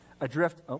Adrift